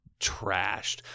trashed